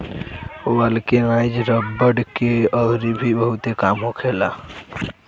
vulcanise रबड़ के अउरी भी बहुते काम होखेला